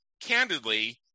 candidly